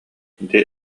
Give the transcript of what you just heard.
ити